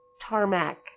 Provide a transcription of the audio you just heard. tarmac